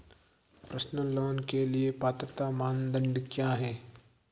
Personal loan के लिए पात्रता मानदंड क्या हैं?